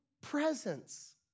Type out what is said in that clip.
presence